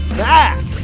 back